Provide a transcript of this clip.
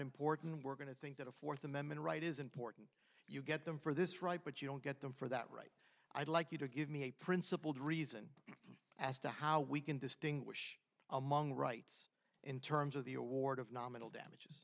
important we're going to think that a fourth amendment right is important you get them for this right but you don't get them for that right i'd like you to give me a principled reason as to how we can distinguish among rights in terms of the award of nominal damage